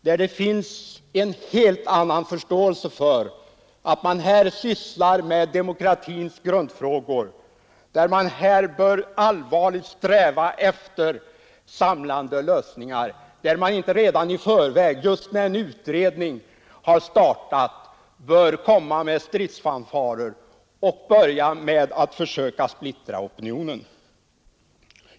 Där finns det en helt annan förståelse för att man här sysslar med demokratins grundfrågor och att man bör sträva efter samlande lösningar i stället för att redan i förväg, just när en utredning har startat, komma med stridssignaler och försöka splittra opinionen.